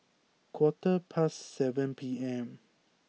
quarter past seven P M